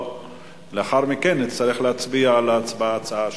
לאחר מכן נצטרך להצביע על ההצעה השנייה.